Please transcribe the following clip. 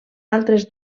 altres